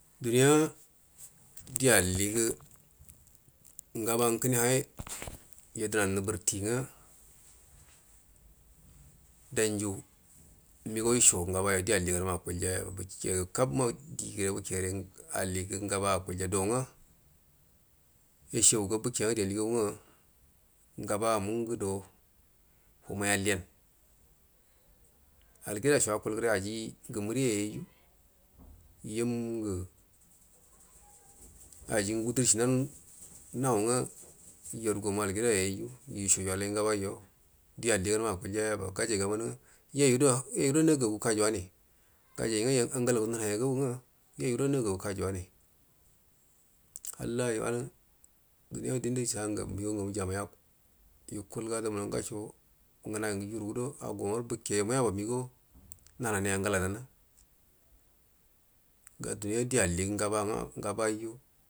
Duniya di alligu ngabang kəne ha yadəna nuburti nga danju unigau yusho nga bayo di alli ganma akulya yaba bike kabma di gəre alligu ngabama akulya do nga yashag nga bike adai aligagu nga ugaba munga do wamai alliyan aligidasho akulde do aji ngumuriya yayi yu yum ngu ajingu wudurshi nan naunga yarugamu aligida yayiju ya yushajo ngabaiyo di alliganma akulya yaba gajai yamunu uga yoyudo nagagu kajunane gajai nga angahigu uuuayagaga uga yoyudo magagu kayuwani hallayo wanu dnuiya dindu shangu unigan ngamu jamai yukulga damuami ngasho ngunai ugu jurudo ago bika muyaba migo nanai alganladana ga duniya di alligu ngaba- ngabama.